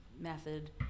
method